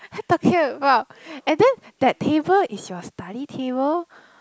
what are you talking about and then that table is your study table